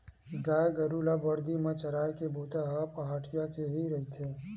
गाय गरु ल बरदी म चराए के बूता ह पहाटिया के ही रहिथे